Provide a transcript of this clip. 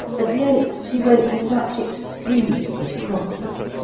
at length she went to such extremes of crossness,